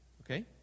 okay